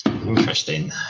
Interesting